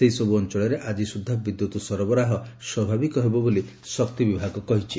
ସେହିସବୁ ଅଅଳରେ ଆକି ସୁଦ୍ଧା ବିଦ୍ୟୁତ୍ ସରବରାହ ସ୍ୱଭାବିକ ହେବ ବୋଲି ଶକ୍ତି ବିଭାଗ କହିଛି